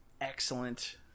excellent